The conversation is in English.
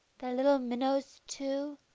the little minnows too.